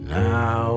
now